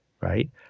Right